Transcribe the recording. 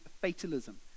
fatalism